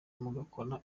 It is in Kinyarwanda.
mugakora